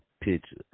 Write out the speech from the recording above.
picture